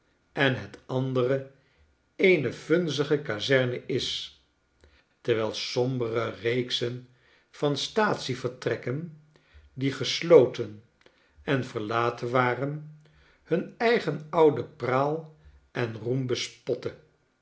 en het andere eene vunzige kazerne is terwijl sombere reeksen van staatsievertrekken die gesloten en verlaten waren hun eigen oude praal en roem bespotte